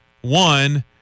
One